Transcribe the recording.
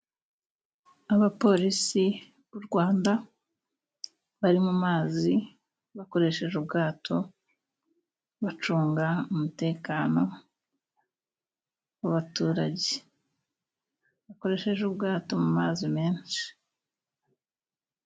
Abapolisi b'u Rwanda bari mu mazi, bakoresheje ubwato bacunga umutekano w'abaturage bakoresheje ubwato mu mazi menshi.